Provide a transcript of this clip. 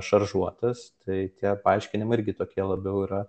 šaržuotas tai tie paaiškinimai irgi tokie labiau yra